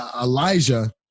Elijah